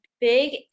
big